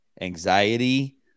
anxiety